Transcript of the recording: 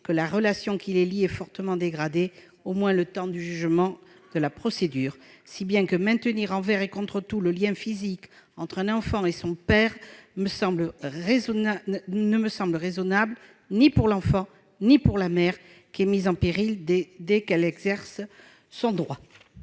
que la relation qui les lie est fortement dégradée, au moins le temps du jugement de la procédure. Ainsi, maintenir envers et contre tout le lien physique entre un enfant et son père ne semble raisonnable ni pour l'enfant ni pour la mère, qui est mise en péril dès qu'elle exerce son droit